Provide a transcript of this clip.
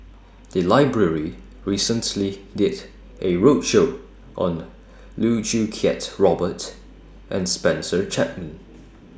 The Library recently did A roadshow on Loh Choo Kiat Robert and Spencer Chapman